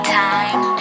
time